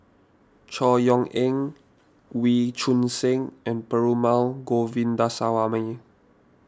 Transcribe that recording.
Chor Yeok Eng Wee Choon Seng and Perumal Govindaswamy